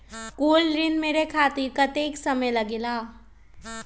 Gold ऋण मिले खातीर कतेइक समय लगेला?